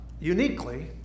uniquely